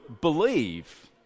believe